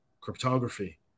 cryptography